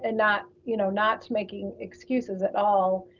and not, you know, not to making excuses at all,